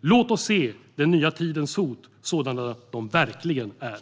Låt oss se den nya tidens hot sådana de verkligen är!